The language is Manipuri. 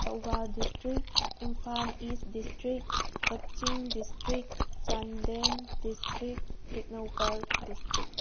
Thoubal district Imphal East district Kakching district Chandel district Tengnoupal district